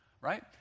Right